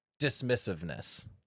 dismissiveness